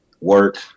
work